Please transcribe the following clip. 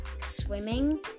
swimming